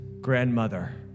grandmother